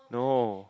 no